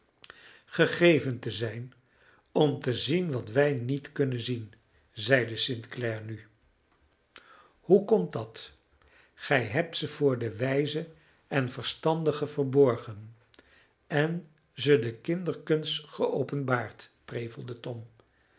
gegeven te zijn om te zien wat wij niet kunnen zien zeide st clare nu hoe komt dat gij hebt ze voor de wijzen en verstandigen verborgen en ze den kinderkens geopenbaard prevelde tom